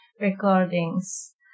recordings